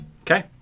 Okay